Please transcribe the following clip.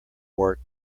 work